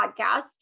podcast